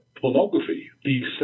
pornography